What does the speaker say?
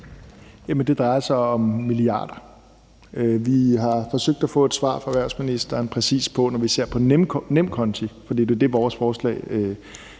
det drejer sig om milliarder. Vi har forsøgt at få et svar fra erhvervsministeren på, hvad det præcis er, når vi ser på NemKonto, for det er det, vores forslag